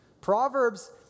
Proverbs